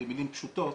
במילים פשוטות,